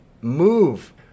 Move